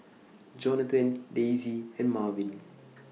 Johnathan Daisie and Marvin